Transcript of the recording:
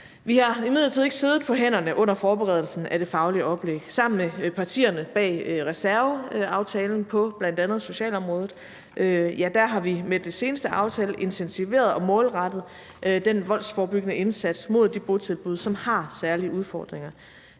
Vi har imidlertid ikke siddet på hænderne under forberedelsen af det faglige oplæg. Sammen med partierne bag aftalen om reserven på bl.a. socialområdet har vi med den seneste aftale intensiveret og målrettet den voldsforebyggende indsats mod de botilbud, som har særlige udfordringer.